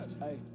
Hey